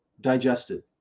digested